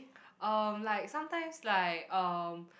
um like sometimes like um